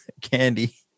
candy